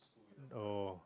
oh